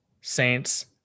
Saints